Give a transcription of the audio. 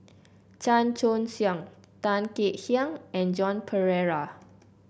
Chan Choy Siong Tan Kek Hiang and Joan Pereira